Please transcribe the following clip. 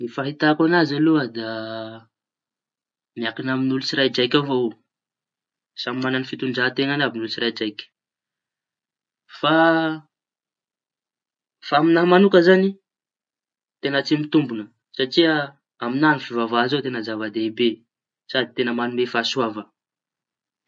Ny fahitako añazy aloha da miankiña amin'olo tsiraidraiky avao io samy mañany fitondran-teñany àby ny olo kiraidraiky. Fa amiña mañokaña zañy teña tsy mitomboña amiña fivavaha zao teña lehibe sady teña mañome fahasoava.